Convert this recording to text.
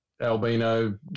albino